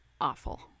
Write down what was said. awful